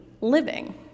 living